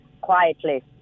quietly